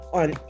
on